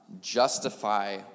justify